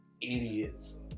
idiots